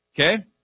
Okay